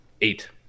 Eight